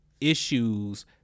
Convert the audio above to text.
issues